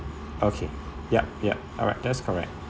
okay yup yup alright that's correct